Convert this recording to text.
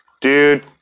Dude